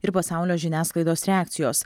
ir pasaulio žiniasklaidos reakcijos